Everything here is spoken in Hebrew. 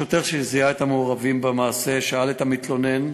השוטר שזיהה את המעורבים במעשה שאל את המתלונן